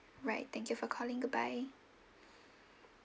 right thank you for calling goodbye